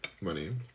money